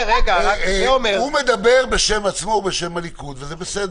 הוא מדבר בשם עצמו ובשם הליכוד, וזה בסדר.